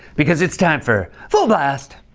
because it's time for full-blast!